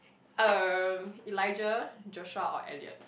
uh Elijah Joshua or Elliot